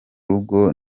rugo